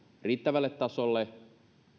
riittävälle tasolle